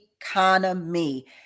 economy